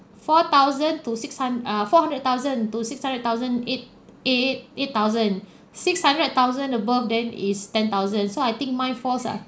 four thousand to six hun~ ah four hundred thousand to six hundred thousand eight eight eight thousand six hundred thousand above then is ten thousand so I think mine falls ah